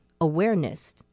awareness